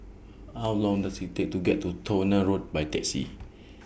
How Long Does IT Take to get to Towner Road By Taxi